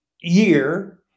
year